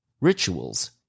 rituals